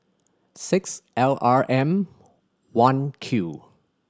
six L R M One Q